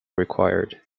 required